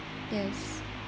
yes